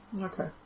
okay